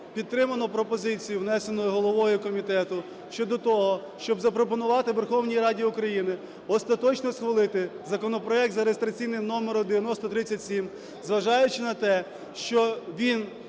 підтримано пропозицію, внесену головою комітету, щодо того, щоб запропонувати Верховній Раді України остаточно схвалити законопроект за реєстраційним номером 9037, зважаючи на те, що він